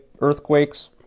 earthquakes